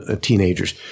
teenagers